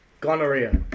gonorrhea